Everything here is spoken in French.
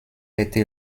été